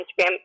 Instagram